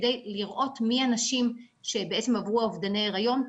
על מנת לדעת מי הנשים שבעצם עברו אובדני היריון.